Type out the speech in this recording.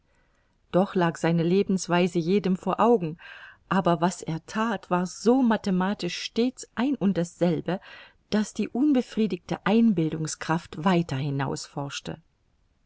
doch lag seine lebensweise jedem vor augen aber was er that war so mathematisch stets eins und dasselbe daß die unbefriedigte einbildungskraft weiter